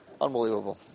Unbelievable